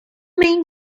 این